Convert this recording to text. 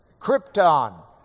Krypton